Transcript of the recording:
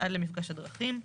עד למפגש הדרכים,